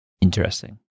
Interesting